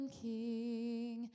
king